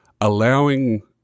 allowing